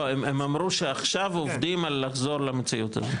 לא, הם אמרו שעכשיו עובדים על לחזור למציאות הזאת.